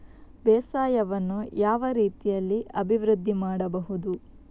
ಬೇಸಾಯವನ್ನು ಯಾವ ರೀತಿಯಲ್ಲಿ ಅಭಿವೃದ್ಧಿ ಮಾಡಬಹುದು?